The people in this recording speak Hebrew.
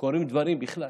קורים דברים בכלל,